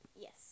Yes